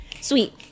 sweet